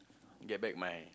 get back my